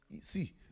See